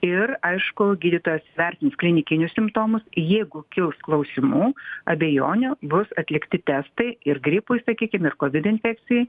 ir aišku gydytojas jis vertins klinikinius simptomus jeigu kils klausimų abejonių bus atlikti testai ir gripui sakykim ir kovid infekcijai